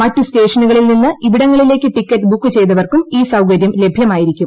മറ്റു സ്റ്റേഷനുകളിൽ നിന്ന് ഇവിടങ്ങളിലേക്ക് ടിക്കറ്റ് ബുക്ക് ചെയ്തവർക്കും ഈ സൌകര്യം ലഭ്യമായിരിക്കും